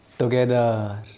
together